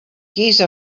giza